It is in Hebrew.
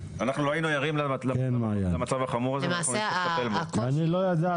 אנחנו לא היינו ערים למצב החמור הזה ונצטרך לטפל בו.